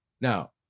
Now